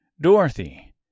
Dorothy